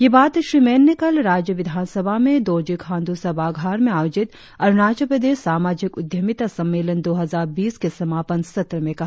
ये बात श्री मेन ने कल राज्य विधानसभा में दोरजी खांडू सभागार में आयोजित अरुणाचल प्रदेश सामाजिक उद्यमिता सम्मेलन दो हजार बीस के समागन सवमें कहा